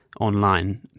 online